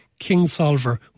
Kingsolver